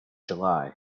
july